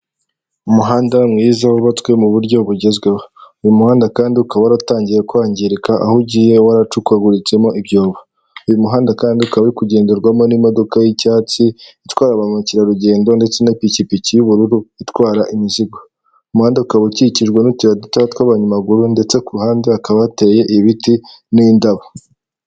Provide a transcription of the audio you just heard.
Umuhanda mwiza wubatswe mu buryo bugezweho, uyu muhanda kandi ukaba waratangiye kwangirika aho ugiye waracukaguritsemo ibyobo, uyu muhanda kandi ukaba uri kugenderwamo n'imodoka y'icyatsi itwara ba mukerarugendo ndetse n'ipikipiki y'ubururu itwara imizigo, umuhanda ukaba ukikijwe n'utuyira dutoya tw'abanyamaguru ndetse ku ruhande hakaba hateye ibiti n'indabo.